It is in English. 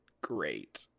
great